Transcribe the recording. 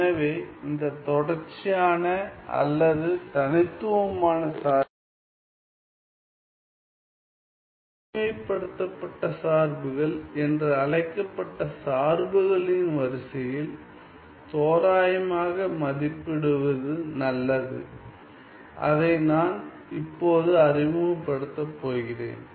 எனவே இந்த தொடர்ச்சியான அல்லது தனித்துவமான சார்புகளை இதுவரை பொதுமைப்படுத்தப்பட்ட சார்புகள் என்று அழைக்கப்பட்ட சார்புகளின் வரிசையில் தோராயமாக மதிப்பிடுவது நல்லது அதை நான் இப்போது அறிமுகப்படுத்தப் போகிறேன்